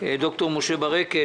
ד"ר משה ברקת,